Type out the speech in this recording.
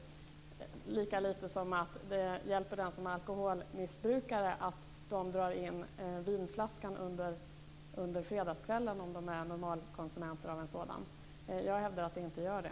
Eller hjälper det den som är alkoholmissbrukare att de drar in vinflaskan under fredagskvällen om de är normalkonsumenter? Jag hävdar att det inte gör det.